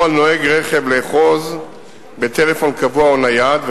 על נוהג רכב לאחוז בטלפון קבוע או נייד,